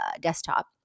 desktop